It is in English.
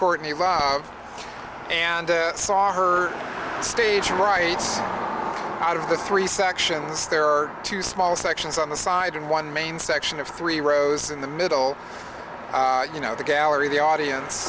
courtney and saw her stage right out of the three sections there are two small sections on the side and one main section of three rows in the middle you know the gallery the audience